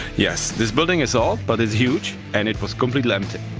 yes, the building is old, but it's huge! and it was completely empty.